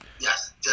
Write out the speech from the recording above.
yes